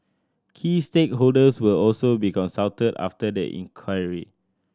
key stakeholders will also be consulted after the inquiry